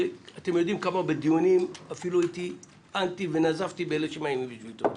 אתם יודעים כמה בדיונים נזפתי באלה שמאיימים בשביתות.